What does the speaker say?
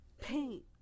paint